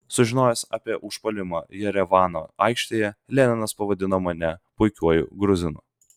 sužinojęs apie užpuolimą jerevano aikštėje leninas pavadino mane puikiuoju gruzinu